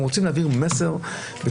הם רוצים להעביר מסר בדברים.